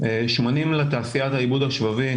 אבל שמנים לתעשיית העיבוד השבבי,